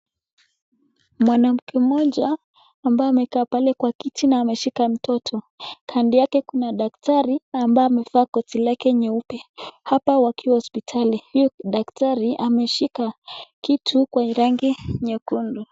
Mwanamke mmoja ambaye amekaa pale kwa kiti na ameshika mtoto. Kando yake kuna daktari ambaye amevaa koti lake nyeupe. Hapa wakiwa hospitali huyu daktari ameshika kitu kwa rangi nyekundu.